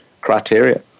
criteria